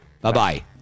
Bye-bye